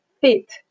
fit